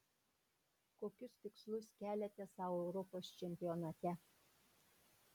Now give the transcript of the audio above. kokius tikslus keliate sau europos čempionate